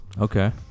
Okay